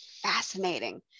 Fascinating